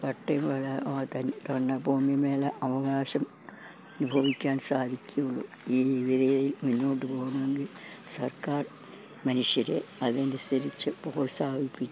പട്ടയം തന്നെ ഭൂമിമേലെ അവകാശം വിഭവിക്കാൻ സാധിക്കുകയുള്ളൂ ഈ ഇവരെ മുന്നോട്ട് പോകണമെങ്കിൽ സർക്കാർ മനുഷ്യരെ അതനുസരിച്ച് പ്രോത്സാഹിപ്പിച്ച്